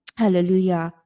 hallelujah